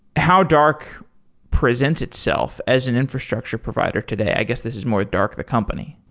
how dark presents itself as an infrastructure provider today. i guess this is more dark the company